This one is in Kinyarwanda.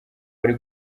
bari